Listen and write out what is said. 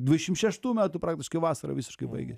dvidešim šeštų metų praktiškai vasarą visiškai baigias